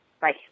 Bye